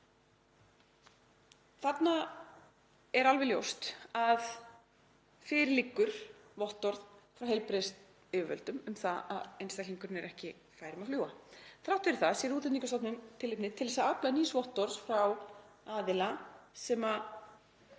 Þarna er alveg ljóst að fyrir liggur vottorð frá heilbrigðisyfirvöldum um að einstaklingurinn er ekki fær um fljúga. Þrátt fyrir það sér Útlendingastofnun tilefni til að afla nýs vottorðs frá aðila sem